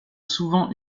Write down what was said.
souvent